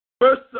First